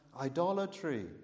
idolatry